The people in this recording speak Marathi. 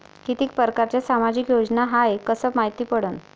कितीक परकारच्या सामाजिक योजना हाय कस मायती पडन?